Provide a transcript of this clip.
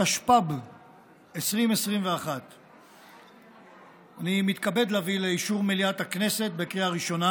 התשפ"ב 2021. אני מתכבד להביא לאישור מליאת הכנסת בקריאה ראשונה